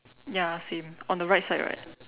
ya same on the right side right